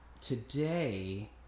today